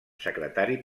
secretari